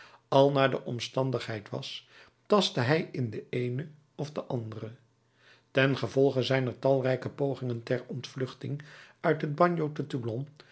al naar de omstandigheid was tastte hij in den eenen of in den anderen ten gevolge zijner talrijke pogingen ter ontvluchting uit het bagno te toulon